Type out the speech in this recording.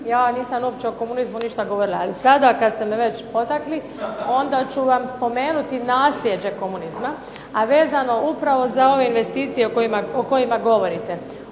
vam nisam uopće o komunizmu ništa govorila, ali sada kad ste me već potakli onda ću vam spomenuti naslijeđe komunizma, a vezano upravo za ove investicije o kojima govorite.